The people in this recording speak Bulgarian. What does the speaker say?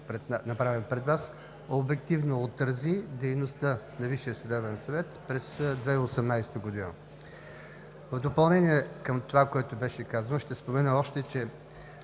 обективно отрази дейността на Висшия съдебен съвет през 2018 г. В допълнение към това, което беше казано, ще спомена още, че